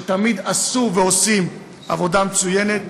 שתמיד עשו ועושים עבודה מצוינת,